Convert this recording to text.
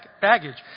baggage